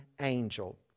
angel